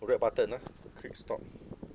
red button ah click stop